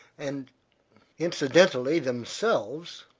and incidentally themselves,